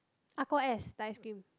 Aqua S the ice cream